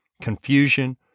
confusion